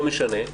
לא משנה,